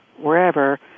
wherever